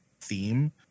theme